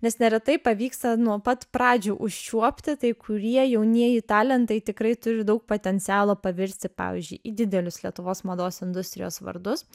nes neretai pavyksta nuo pat pradžių užčiuopti tai kurie jaunieji talentai tikrai turi daug potencialo pavirsti pavyzdžiui į didelius lietuvos mados industrijos vardus